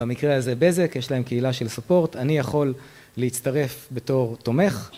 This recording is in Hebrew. במקרה הזה בזק יש להם קהילה של סופורט, אני יכול להצטרף בתור תומך